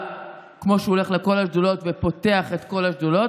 כמו שהוא הולך לכל השדולות ופותח את כל השדולות.